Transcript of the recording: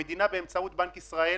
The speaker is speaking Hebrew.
המדינה באמצעות בנק ישראל